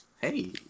hey